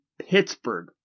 Pittsburgh